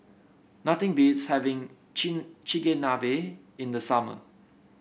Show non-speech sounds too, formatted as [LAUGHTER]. nothing beats having [UNINTELLIGIBLE] Chigenabe in the summer